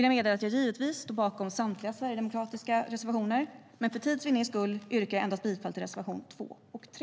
Jag står givetvis bakom samtliga sverigedemokratiska reservationer, men för tids vinnande yrkar jag bifall endast till reservationerna 2 och 3.